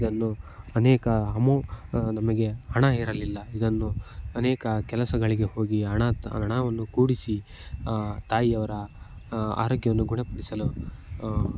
ಇದನ್ನು ಅನೇಕ ಅಮೋ ನಮಗೆ ಹಣ ಇರಲಿಲ್ಲ ಇದನ್ನು ಅನೇಕ ಕೆಲಸಗಳಿಗೆ ಹೋಗಿ ಹಣ ತ ಹಣವನ್ನು ಕೂಡಿಸಿ ತಾಯಿಯವರ ಆರೋಗ್ಯವನ್ನು ಗುಣಪಡಿಸಲು